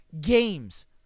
games